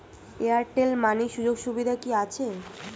Airtel money সুযোগ সুবিধা কি আছে?